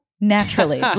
naturally